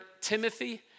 Timothy